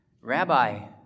Rabbi